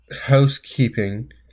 Housekeeping